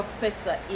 professor